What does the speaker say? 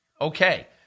Okay